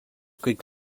kõik